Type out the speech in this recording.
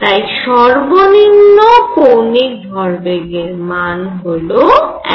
তাই সর্বনিম্ন কৌণিক ভরবেগের মান হল 1